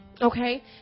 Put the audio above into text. okay